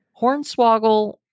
Hornswoggle